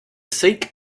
sikh